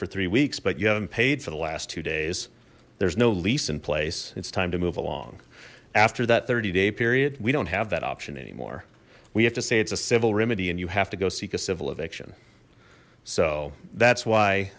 for three weeks but you haven't paid for the last two days there's no lease in place it's time to move along after that thirty day period we don't have that option anymore we have to say it's a civil remedy and you have to go seek a civil eviction so that's why